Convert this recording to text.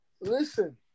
Listen